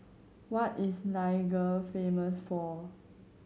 what is Niger famous for